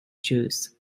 juice